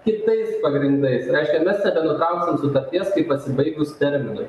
kitais pagrindais reiškia mes tada nutrauksim sutarties kai pasibaigus terminui